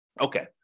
Okay